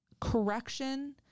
correction